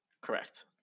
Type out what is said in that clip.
Correct